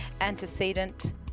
Antecedent